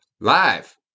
Live